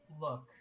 Look